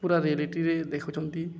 ପୁରା ରିଆଲିଟିରେ ଦେଖୁଛନ୍ତି